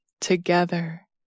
together